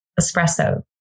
espresso